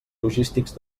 logístics